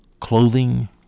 clothing